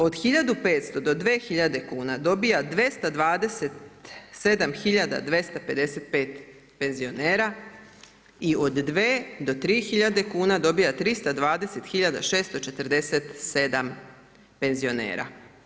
Od 1500 do 2000 kuna dobiva 227 255 penzionera i od 2000 do 3000 kuna dobiva 320 647 penzionera.